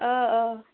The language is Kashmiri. آ آ